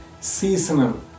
seasonal